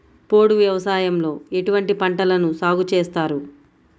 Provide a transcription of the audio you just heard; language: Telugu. పోడు వ్యవసాయంలో ఎటువంటి పంటలను సాగుచేస్తారు?